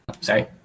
Sorry